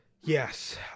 Yes